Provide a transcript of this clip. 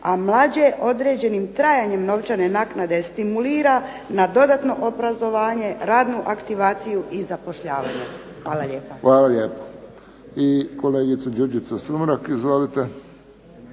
a mlađe određenim trajanjem novčane naknade stimulira na dodatno obrazovanje, radnu aktivaciju i zapošljavanje. Hvala lijepa. **Friščić, Josip (HSS)** Hvala lijepo. I kolegica Đurđica Sumrak, izvolite.